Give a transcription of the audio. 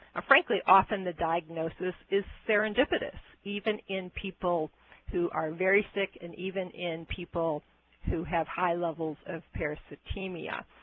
ah frankly, often the diagnosis is serendipitous, even in people who are very sick, and even in people who have high levels of parasitemia.